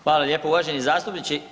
Hvala lijepo uvaženi zastupniče.